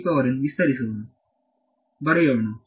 ಆದ್ದರಿಂದ ವಿಸ್ತರಿಸೋಣ ಬರೆಯೋಣ